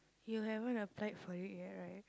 you haven't apply for it yet right